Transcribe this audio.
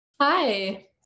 Hi